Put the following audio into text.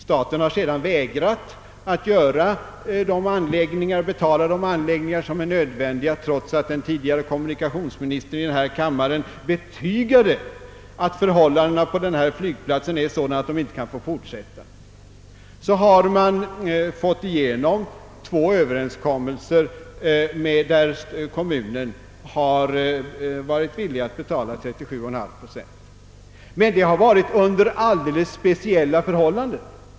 Staten har sedan vägrat att betala de anläggningar som är nödvändiga trots att den förre kommunikationsministern i denna kammare betygade att förhållandena på denna flygplats är sådana att de inte kan få fortsätta. Man har sedan fått till stånd två överenskommelser, enligt vilka kom munen skulle betala 37,5 procent, men det har skett under alldeles speciella förhållanden.